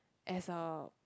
as a